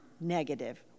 negative